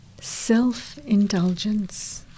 self-indulgence